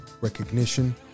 recognition